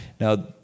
Now